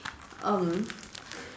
um